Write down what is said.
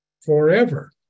forever